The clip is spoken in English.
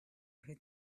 his